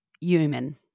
human